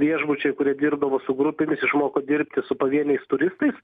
viešbučiai kurie dirbdavo su grupėmis išmoko dirbti su pavieniais turistais